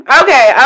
okay